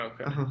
Okay